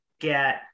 get